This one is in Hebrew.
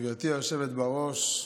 גברתי היושבת בראש,